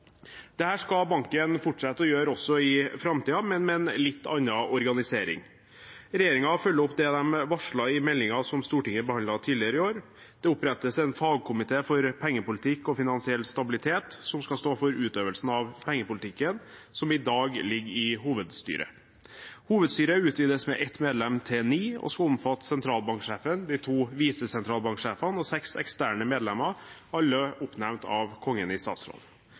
skal banken fortsette å gjøre også i framtiden, men med en litt annen organisering. Regjeringen følger opp det den varslet i meldingen som Stortinget behandlet tidligere i år. Det opprettes en fagkomité for pengepolitikk og finansiell stabilitet som skal stå for utøvelsen av pengepolitikken, som i dag ligger i hovedstyret. Hovedstyret utvides med ett medlem – til ni – og skal omfatte sentralbanksjefen, de to visesentralbanksjefene og seks eksterne medlemmer, alle oppnevnt av Kongen i statsråd.